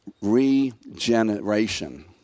regeneration